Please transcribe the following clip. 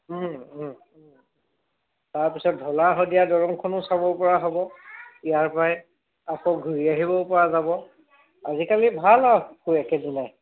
তাৰপিছত ঢলা শদিয়া দৰংখনো চাব পৰা হ'ব ইয়াৰ পৰাই আকৌ ঘূৰি আহিব পৰা যাব আজিকালি ভাল আৰু একেদিনাই